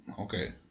Okay